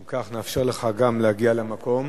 אם כך, נאפשר לך להגיע למקום.